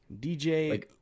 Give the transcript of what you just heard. DJ